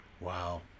Wow